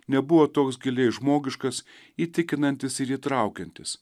nebuvo toks giliai žmogiškas įtikinantis ir įtraukiantis